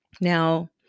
Now